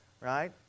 Right